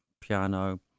piano